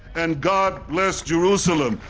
and god bless jerusalem,